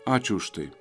ačiū už tai